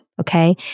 Okay